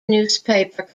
newspaper